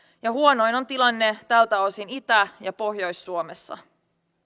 ja huonoin on tilanne tältä osin itä ja pohjois suomessa